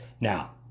Now